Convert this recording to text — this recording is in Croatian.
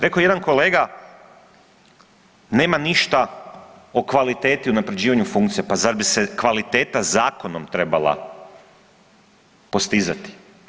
Rekao je jedan kolega, nema ništa o kvaliteti i unapređivanju funkcije, pa zar bi se kvaliteta zakonom trebala postizati?